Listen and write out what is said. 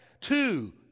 Two